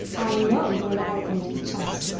i know you and i are going to be chums.